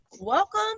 Welcome